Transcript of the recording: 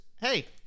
hey